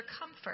comfort